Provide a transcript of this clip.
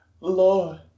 Lord